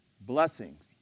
blessings